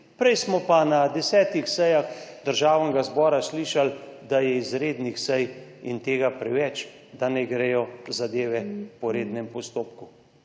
prej smo pa na desetih sejah Državnega zbora slišali, da je izrednih sej in tega preveč, da ne gredo zadeve po rednem postopku.